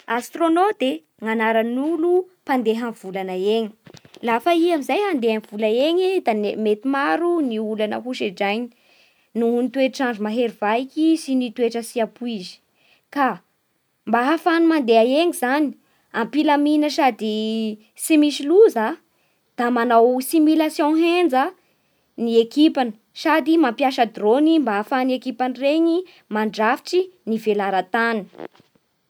Astrônoty e ny anaran'olo mpandeha amin'ny volana eny. Lafa i amin'izay mandeha amin'ny volana eny da mety maro ny olana ho sedrany noho ny toetr'andro mahery vaiky sy ny toetra tsy ampoizy. Ka mba ahafahany mandeha eny zany, ampilamina sady tsy misy loza, da manao simulation henja ny ekipany sady mampiasa drôny mba ahafahan'ny ekipany reny mandrafitsy ny velara-tany.